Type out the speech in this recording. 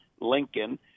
Lincoln